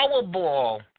Powerball